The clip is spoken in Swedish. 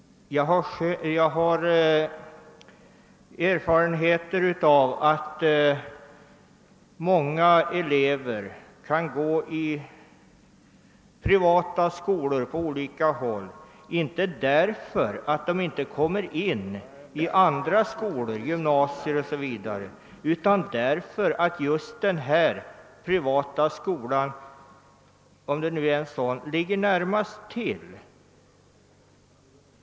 Jag har erfarenheter av att många elever går i privata skolor inte därför att de inte kommer in i andra skolor, det gäller t.ex. gymnasier, utan därför att den privata skolan ligger bäst till.